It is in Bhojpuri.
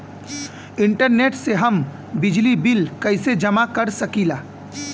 इंटरनेट से हम बिजली बिल कइसे जमा कर सकी ला?